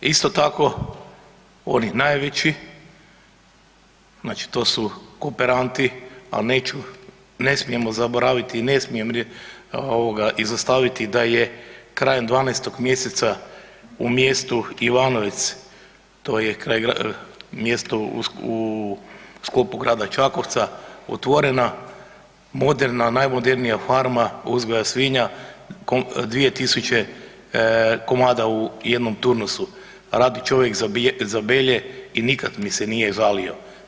Isto tako oni najveći znači to su kooperanti, al neću, ne smijemo zaboraviti i ne smijem ovoga izostaviti da je krajem 12. mjeseca u mjestu Ivanovec, to je kraj, mjesto u sklopu grada Čakovca otvorena moderna, najmodernija farma uzgoja svinja 2000 komada u jednom turnusu, radi čovjek za „Belje“ i nikad mi se nije žalio.